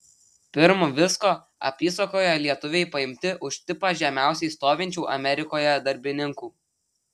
pirm visko apysakoje lietuviai paimti už tipą žemiausiai stovinčių amerikoje darbininkų